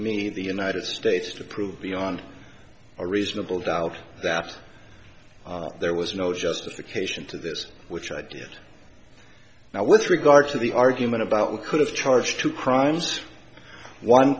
in the united states to prove beyond a reasonable doubt that there was no justification to this which i did now with regard to the argument about what could have charged two crimes one